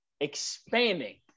Expanding